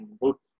book